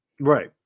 Right